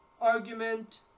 argument